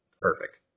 perfect